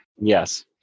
Yes